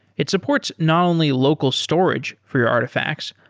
it supports not only local storage for your artifacts,